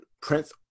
prince